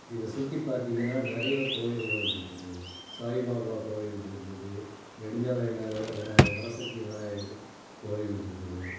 இதை சுற்றி பார்த்தீங்கன்னா நிறைய கோயில்கள் இருக்குது சாய்பாபா கோயில் இருக்குது நெடுஞ்சாலை விநாயாகர்ல விநா வரசக்தி விநாயகர் கோயில் இருக்குது